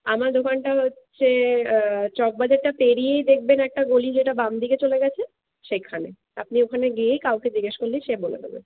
আমার দোকানটা হচ্ছে চকবাজারটা পেরিয়েই দেখবেন একটা গলি যেটা বামদিকে চলে গেছে সেখানে আপনি ওখানে গিয়েই কাউকে জিজ্ঞেস করলেই সে বলে দেবে